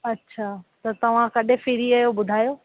अच्छा त तव्हां कॾहिं फिरी आहियो ॿुधायो